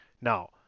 Now